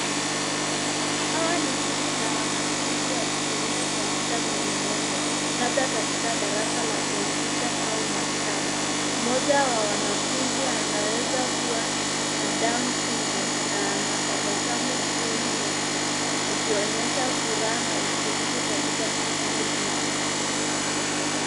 Hawa ni kundi la wanafunzi wakitumia kompyuta kwenye meza, labda katika darasa la kompyuta au maktaba. Mmoja wa wanafunzi anaweza kuwa na Down Syndrome na anatabasamu usoni mwake akionyesha furaha na ushiriki katika shughuli hiyo.